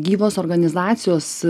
gyvos organizacijos